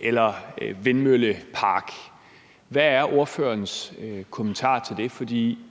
eller en vindmøllepark. Hvad er ordførerens kommentar til det? For